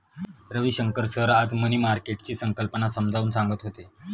Ravishankar sir आज money मार्केटची संकल्पना समजावून सांगत होते